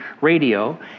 radio